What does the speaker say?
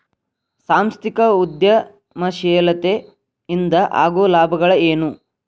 ಸಾಂಸ್ಥಿಕ ಉದ್ಯಮಶೇಲತೆ ಇಂದ ಆಗೋ ಲಾಭಗಳ ಏನು